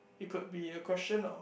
it could be a question of